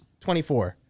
24